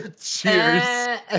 Cheers